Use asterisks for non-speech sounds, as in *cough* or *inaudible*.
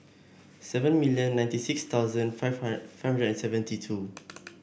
seven million ninety six thousand five hundred *unintelligible* and seventy two